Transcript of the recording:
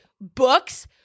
books